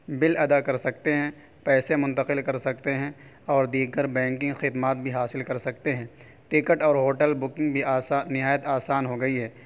بل ادا کر سکتے ہیں پیسے منتقل کر سکتے ہیں اور دیگر بینکنگ خدمات بھی حاصل کر سکتے ہیں ٹکٹ اور ہوٹل بکنگ بھی آسان نہایت آسان ہو گئی ہے